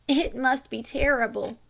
it must be terrible.